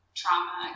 trauma